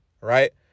right